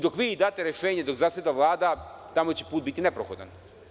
Dok vi date rešenje, dok zaseda Vlada, tamo će put biti neprohodan?